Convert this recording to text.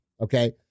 okay